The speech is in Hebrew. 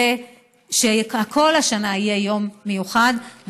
וכל השנה יהיה יום מיוחד,